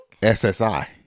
SSI